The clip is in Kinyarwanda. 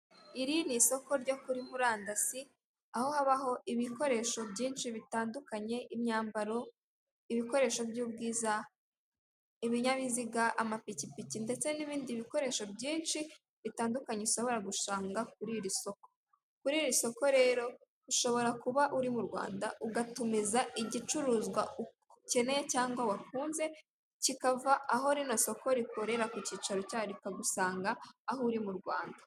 Iri ni isoko ryo kuri murandasi aho habaho ibikoresho byinshi bitandukanye, imyambaro, ibikoresho by'ubwiza, ibinyabiziga, amapikipiki ndetse n'ibindi bikoresho byinshi bitandukanye ushobora gusanga kuri iri soko, kuri iri soko rero ushobora kuba uri mu Rwanda ugatumiza igicuruzwa ukeneye cyangwa wakunze cyikava aho rino soko rikorera ku cyicaro cyaryo cyikagusanga aho uri mu Rwanda.